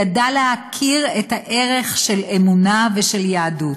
ידע להכיר את הערך של אמונה ושל יהדות,